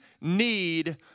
need